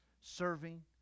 serving